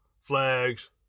flags